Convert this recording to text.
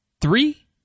three